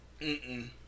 -mm